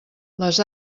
les